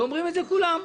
ואומרים את זה כולם,